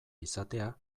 izatea